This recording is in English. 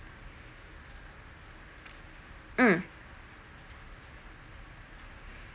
mm